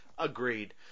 Agreed